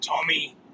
Tommy